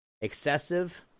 Excessive